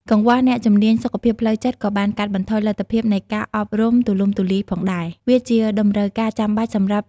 កង្វះអ្នកជំនាញសុខភាពផ្លូវចិត្តក៏បានកាត់បន្ថយលទ្ធភាពនៃការអប់រំទូលំទូលាយផងដែរ។